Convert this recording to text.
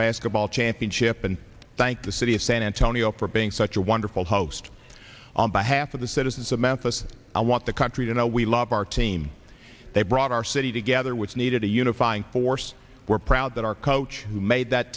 basketball championship and thank the city of san antonio for being such a wonderful host on behalf of the citizens of matheson's i want the country to know we love our team they brought our city together which needed a unifying force we're proud that our coach who made that